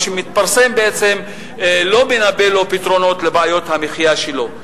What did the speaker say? או מה שמתפרסם בעצם לא מנבא לו פתרונות לבעיות המחיה שלו.